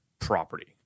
property